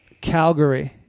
Calgary